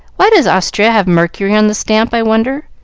why does austria have mercury on the stamp, i wonder?